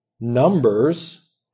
Numbers